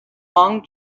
long